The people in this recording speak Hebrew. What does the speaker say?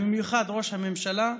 ובמיוחד ראש הממשלה,